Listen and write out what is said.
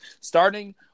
Starting